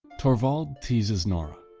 torvald teases nora.